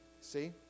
See